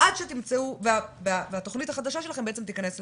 עד שהתוכנית החדשה שלכם תיכנס לתוקף?